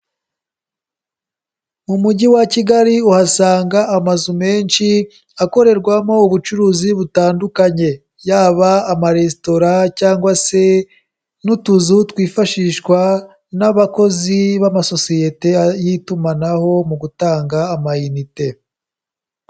Mu mujyi wa Kigali uhasanga amazu menshi akorerwamo ubucuruzi butandukanye. Yaba amaresitora cyangwa se n'utuzu twifashishwa n'abakozi b'amasosiyete y'itumanaho mu gutanga amayinite.